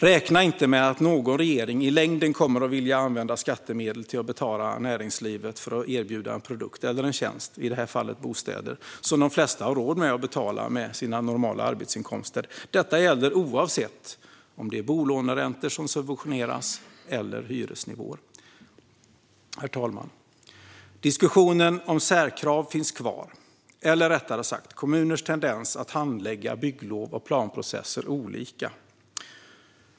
Räkna inte med att någon regering i längden kommer att vilja använda skattemedel till att betala näringslivet för att erbjuda en produkt eller en tjänst, i det här fallet bostäder, som de flesta har råd att betala med sina normala arbetsinkomster! Detta gäller oavsett om det är bolåneräntor eller hyror som subventioneras. Herr talman! Diskussionen om särkrav finns kvar eller, rättare sagt, om kommuners tendens att handlägga bygglov och planprocesser olika.